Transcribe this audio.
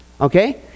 okay